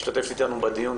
משתתפת איתנו בדיון,